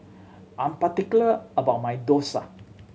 I'm particular about my dosa